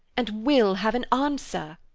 and will have an answer.